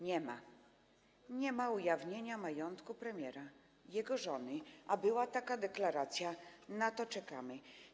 Nie ma - nie ma ujawnienia majątku premiera ani jego żony, a była taka deklaracja i na to czekamy.